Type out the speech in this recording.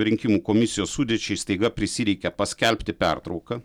rinkimų komisijos sudėčiai staiga prisireikia paskelbti pertrauką